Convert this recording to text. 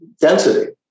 density